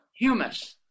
Humus